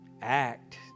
act